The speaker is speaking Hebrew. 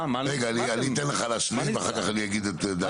רגע, אני אתן לך להשלים ואחר כך אני אגיד את דעתי.